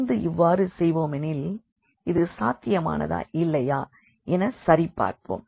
தொடர்ந்து இவ்வாறு செய்வோமேனில் இது சாத்தியமானதா இல்லையா என சரி பார்ப்போம்